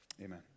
amen